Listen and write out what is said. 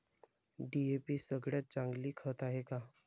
DAP सगळ्यात चांगलं खत हाये का?